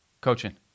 coaching